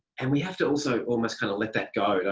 and we have to also almost kind of let that go don't